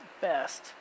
best